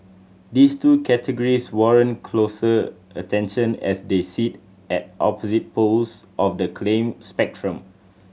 these two categories warrant closer attention as they sit at opposite poles of the claim spectrum